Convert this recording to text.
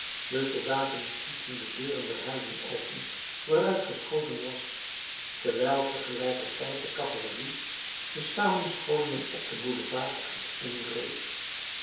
de soldaten stieten de deuren der huizen open waaruit geschoten was terwijl tegelijkertijd de cavalerie de samenscholingen op de boulevards uiteendreef